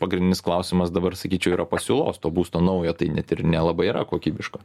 pagrindinis klausimas dabar sakyčiau yra pasiūlos to būsto naujo tai net ir nelabai yra kokybiško